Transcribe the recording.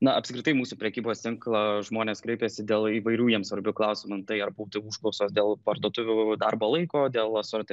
na apskritai mūsų prekybos tinklą žmonės kreipiasi dėl įvairių jiems svarbių klausimų tai ar būtų užklausos dėl parduotuvių darbo laiko dėl asorti